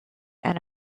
and